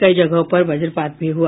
कई जगहों पर वज्रपात भी हुआ